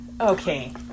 Okay